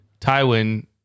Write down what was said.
Tywin